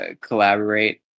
collaborate